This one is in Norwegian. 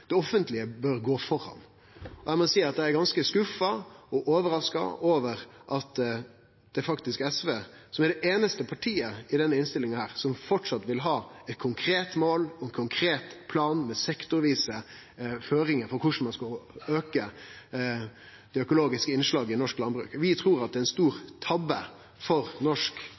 Det offentlege bør gå føre. Lat meg seie at eg er ganske skuffa og overraska over at SV er det einaste partiet i denne innstillinga som framleis vil ha eit konkret mål og ein konkret plan med sektorvise føringar for korleis ein skal auke det økologiske innslaget i norsk landbruk. Vi trur at det er ein stor tabbe for norsk